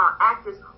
actors